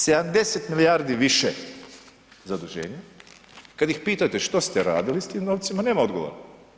70 milijardi više zaduženja, kada ih pitate što ste radili s tim novcima nema odgovora.